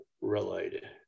related